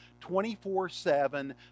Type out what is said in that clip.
24-7